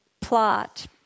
plot